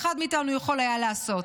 שכל אחד ואחד מאיתנו יכול היה לעשות,